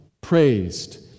praised